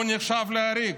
הוא נחשב לעריק.